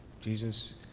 Jesus